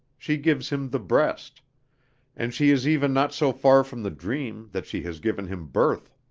she gives him the breast and she is even not so far from the dream that she has given him birth.